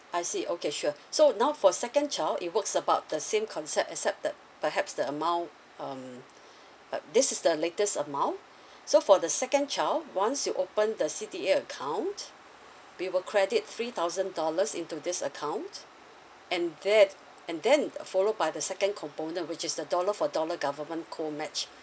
I see okay sure so now for second child it works about the same concept except that perhaps the amount um like this is the latest amount so for the second child once you open the C_D_A account we will credit three thousand dollars into this account and that and then followed by the second component which is the dollar for dollar government co match